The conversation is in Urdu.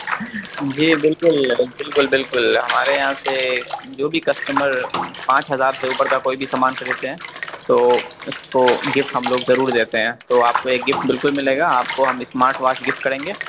جی بالکل بالکل بالکل ہمارے یہاں سے جو بھی کسٹمر پانچ ہزار سے اوپر کا کوئی بھی سامان خریدتے ہیں تو اس کو گفٹ ہم لوگ ضرور دیتے ہیں تو آپ کو ایک گفٹ بالکل ملے گا آپ کو ہم اسمارٹ واچ گفٹ کریں گے